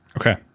Okay